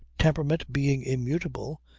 temperament being immutable,